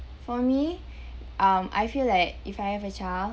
for me um I feel like if I have a child